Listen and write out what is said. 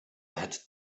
had